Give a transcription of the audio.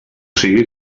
sigui